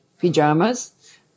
pajamas